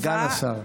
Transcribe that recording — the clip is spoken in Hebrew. סגן השר.